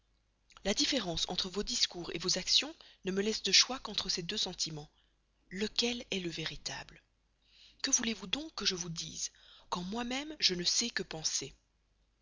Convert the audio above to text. la différence entre vos discours vos actions ne me laisse de choix qu'entre ces deux sentiments lequel est le véritable que voulez-vous donc que je vous dise quand moi-même je ne sais que penser